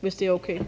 hvis det er okay.